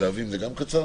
להבים זה גם קצר?